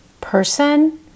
person